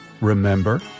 Remember